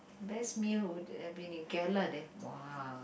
best meal would been in there !wah!